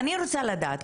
אני רוצה לדעת,